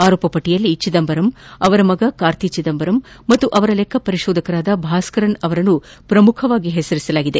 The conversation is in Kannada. ಆರೋಪ ಪಟ್ಟಿಯಲ್ಲಿ ಚಿದಂಬರಂ ಅವರ ಪುತ್ರ ಕಾರ್ತಿ ಚಿದಂಬರಂ ಹಾಗೂ ಅವರ ಲೆಕ್ಕಪರಿಶೋಧಕ ಭಾಸ್ಕರನ್ ಅವರನ್ನು ಪ್ರಮುಖವಾಗಿ ಹೆಸರಿಸಲಾಗಿದೆ